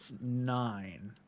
nine